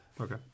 Okay